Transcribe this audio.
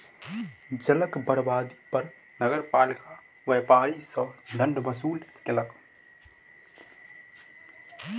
जलक बर्बादी पर नगरपालिका व्यापारी सॅ दंड वसूल केलक